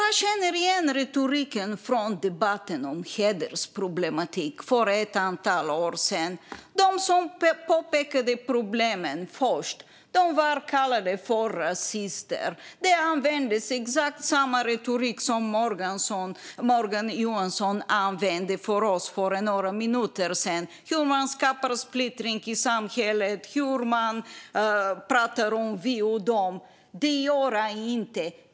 Jag känner igen retoriken från debatten om hedersproblematik för ett antal år sedan. De som påpekade problemen först blev kallade för rasister. Då användes exakt samma retorik som Morgan Johansson använde mot oss för några minuter sedan. Det handlar hur man skapar splittring i samhället och hur man pratar om vi och dom. Det gör jag inte.